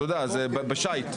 זה בשיט,